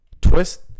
twist